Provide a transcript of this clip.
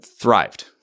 thrived